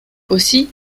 aussi